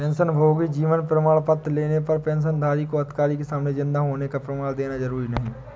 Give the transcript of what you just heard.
पेंशनभोगी जीवन प्रमाण पत्र लेने पर पेंशनधारी को अधिकारी के सामने जिन्दा होने का प्रमाण देना जरुरी नहीं